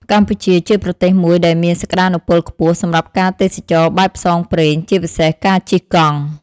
កម្ពុជាជាប្រទេសមួយដែលមានសក្ដានុពលខ្ពស់សម្រាប់ការទេសចរណ៍បែបផ្សងព្រេង ជាពិសេសការជិះកង់។